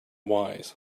wise